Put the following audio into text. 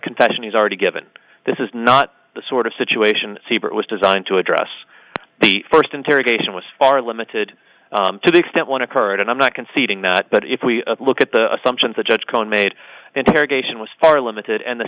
confession he's already given this is not the sort of situation siebert was designed to address the first interrogation which are limited to the extent one occurred and i'm not conceding that but if we look at the assumptions the judge cohen made interrogation was far limited and the